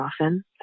often